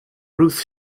ruth